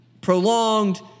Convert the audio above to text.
prolonged